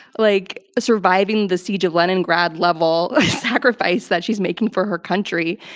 like surviving the siege of leningrad level of sacrifice that she's making for her country.